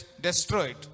destroyed